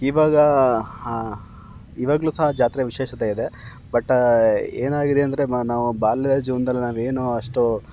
ಇವಾಗ ಇವಾಗ್ಲೂ ಸಹ ಜಾತ್ರೆ ವಿಶೇಷತೆ ಇದೆ ಬಟ್ ಏನಾಗಿದೆ ಅಂದರೆ ಮ ನಾವು ಬಾಲ್ಯದ ಜೀವನ್ದಲ್ಲಿ ನಾವೇನೂ ಅಷ್ಟು